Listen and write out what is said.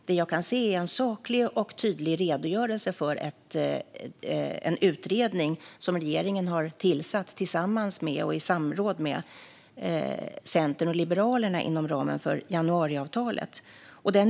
Det jag kan se är en saklig och tydlig redogörelse för en utredning som regeringen har tillsatt tillsammans med, och i samråd med, Centern och Liberalerna inom ramen för januariavtalet.